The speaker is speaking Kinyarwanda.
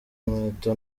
inkweto